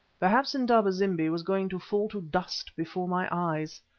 perhaps indaba-zimbi was going to fall to dust before my eyes.